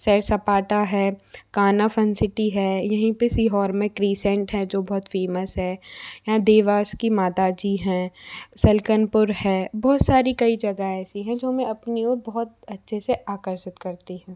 सैर सपाटा है कान्हा फन सिटी है यहीं पे सीहोर में क्रीसेंट हैं जो बहुत फीमस है यहाँ देवास की माता जी हैं सल्कनपुर है बहुत सारी कई जगह ऐसी हैं जो हमें अपनी ओर बहुत अच्छे से आकर्षित करती हैं